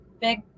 big